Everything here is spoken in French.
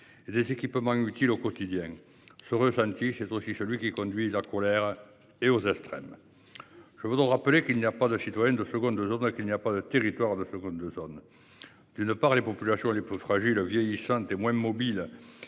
Les équipements utiles au quotidien ce ressenti chez aussi celui qui conduit la colère et aux extrêmes. Je voudrais rappeler qu'il n'y a pas de citoyen de seconde le journal qu'il n'y a pas de territoire de seconde zone. D'une part les populations les plus fragiles vieillissante et moins mobiles.